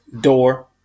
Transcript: door